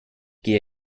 gehe